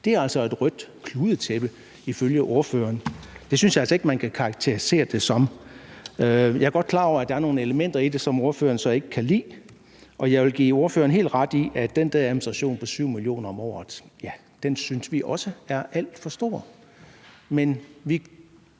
det er altså et rødt kludetæppe ifølge ordføreren. Det synes jeg altså ikke man kan karakterisere det som. Jeg er godt klar over, at der er nogle elementer i det, som ordføreren så ikke kan lide, og jeg vil give ordføreren helt ret; den der administration på 7 mio. kr. om året synes vi også er alt for stor. Men vi